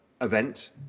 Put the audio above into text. event